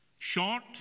Short